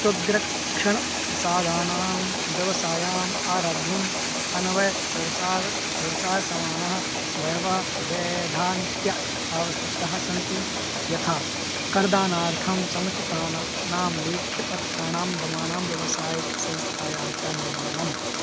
त्वग्रक्षणप्रसाधनानां व्यवसायम् आरब्धुम् अन्यव्यवसायसमानाः बह्व्यः वैधानिक्यः आवश्यकताः सन्ति यथा करदानार्थं समुचितानां लेख्यपत्राणां निर्माणं व्यावसायिकसंस्थायाः च निर्माणम्